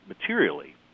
materially